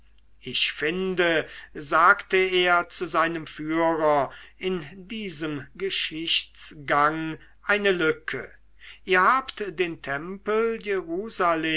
ich finde sagte er zu seinem führer in diesem geschichtsgang eine lücke ihr habt den tempel